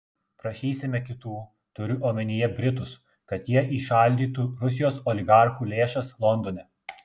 prašysime kitų turiu omenyje britus kad jie įšaldytų rusijos oligarchų lėšas londone